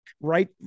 right